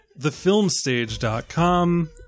thefilmstage.com